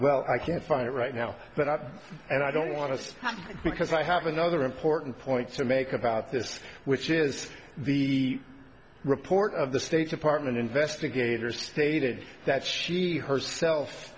well i can't find it right now but i and i don't want to because i have another important point to make about this which is the report of the state department investigator stated that she herself